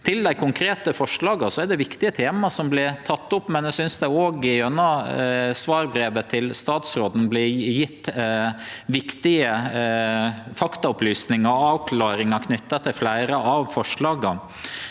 Til dei konkrete forslaga: Det er viktige tema som vert tekne opp, men eg synest det gjennom svarbrevet til statsråden vert gjeve viktige faktaopplysningar og avklaringar knytte til fleire av forslaga.